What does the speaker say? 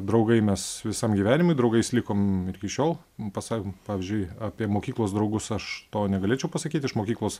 draugai mes visam gyvenimui draugais likom ir iki šiol pasa pavyzdžiui apie mokyklos draugus aš to negalėčiau pasakyt iš mokyklos